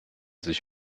sich